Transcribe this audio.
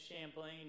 Champlain